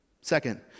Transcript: Second